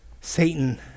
Satan